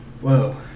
Whoa